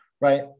right